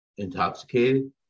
intoxicated